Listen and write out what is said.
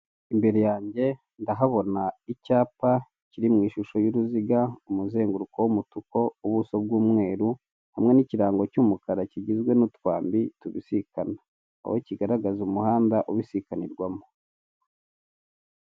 Imbere yanjye ndahabona icyapa kiri mw'ishusho y'uruziga, umuzenguruko w'umutuku, ubuso bw'umweru hamwe n'ikirango cy'umukara kigizwe n'utwambi tw'umukara, aho kigaragaza umuhanda ubisikanirwamo.